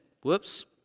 Whoops